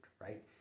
right